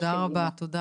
תודה רבה, לבנה.